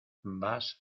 vas